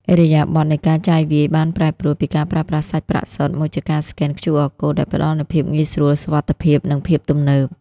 ឥរិយាបថនៃការចាយវាយបានប្រែប្រួលពីការប្រើប្រាស់សាច់ប្រាក់សុទ្ធ មកជាការស្កែន QR Code ដែលផ្ដល់នូវភាពងាយស្រួល សុវត្ថិភាព និងភាពទំនើប។